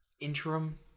interim